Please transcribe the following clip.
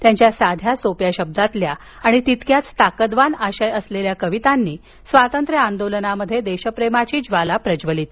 त्यांच्या साध्या सोप्या शब्दातील आणि तितक्याच ताकदवान आशय असलेल्या कवितांनी स्वातंत्र्य आंदोलनात देशप्रेमाची ज्वाला प्रज्वलित केली